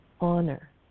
honor